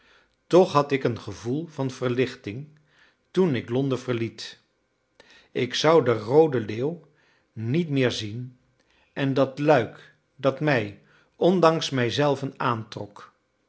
toch had ik een gevoel van verlichting toen ik londen verliet ik zou de roode leeuw niet meer zien en dat luik dat mij ondanks mij zelven aantrok